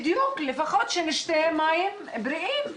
בדיוק, לפחות שנשתה מים בריאים.